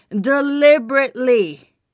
deliberately